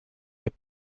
est